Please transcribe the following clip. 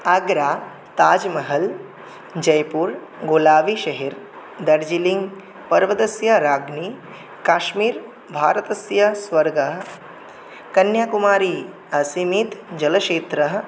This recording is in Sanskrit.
आग्रा ताज्महल् जय्पूर् गोलाबिशेहेर् दर्जिलिङ्ग् पर्वतस्य राज्ञी काश्मिर् भारतस्य स्वर्गः कन्याकुमारी असीमितं जलक्षेत्रम्